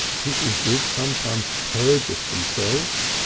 people did sometimes perjuice themselves.